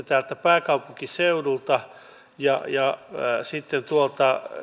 täältä pääkaupunkiseudulta ja ja sitten tuolta